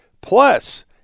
plus